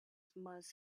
must